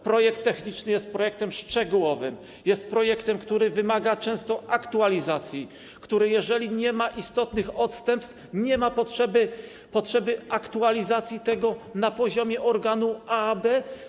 Projekt techniczny jest projektem szczegółowym, jest projektem, który wymaga często aktualizacji, którego, jeżeli nie ma istotnych odstępstw, nie ma potrzeby aktualizowania na poziomie organu AAB.